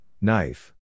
knife